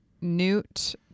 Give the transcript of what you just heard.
Newt